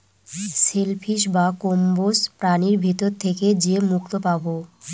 sell fish বা কম্বোজ প্রাণীর ভিতর থেকে যে মুক্তো পাবো